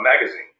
magazine